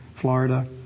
Florida